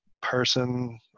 person